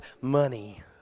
money